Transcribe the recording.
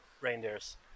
reindeers